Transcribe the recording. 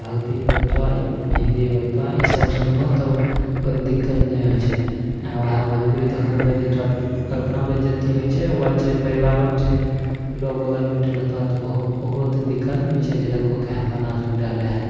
भगती बजतै आ हिन्दी बजतै तऽ ई सब सुनबहो ने तऽ ओहिमे दिक्कत नहि होयत छै ओहए भोजपुरी तखन बजतो अपना बेज्जती होय छै ओकर बाद छै परिबारोमे छै जे लोग बगलमे बैठल रहतो तऽ ओहो ओकरो तनी दिक्कत ने होयत छै जे देखहो केहन गाना सुनि रहलै हन